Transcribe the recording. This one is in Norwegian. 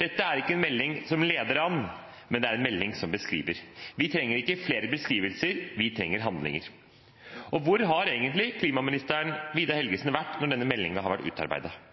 Dette er ikke en melding som leder an, men det er en melding som beskriver. Vi trenger ikke flere beskrivelser, vi trenger handling. Hvor har egentlig klimaminister Vidar Helgesen vært mens denne meldingen ble utarbeidet? Vi skjønner at denne regjeringen ikke har